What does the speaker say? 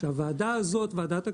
שהוועדה הזאת, ועדת הכלכלה,